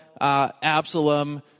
Absalom